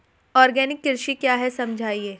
Organic कृषि क्या है समझाइए?